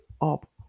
up